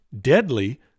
Deadly